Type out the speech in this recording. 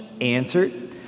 answered